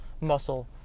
muscle